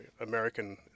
american